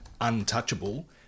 untouchable